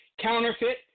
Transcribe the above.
Counterfeit